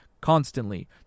constantly